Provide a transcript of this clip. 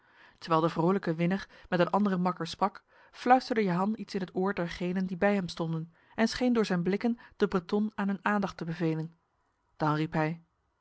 terwijl de vrolijke winner met een andere makker sprak fluisterde jehan iets in het oor dergenen die bij hem stonden en scheen door zijn blikken de breton aan hun aandacht te bevelen dan riep hij